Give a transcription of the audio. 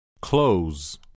Close